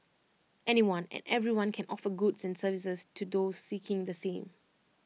anyone and everyone can offer goods and services to those seeking the same